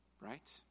right